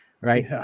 right